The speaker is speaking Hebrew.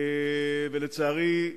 ולצערי,